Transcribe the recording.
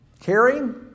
caring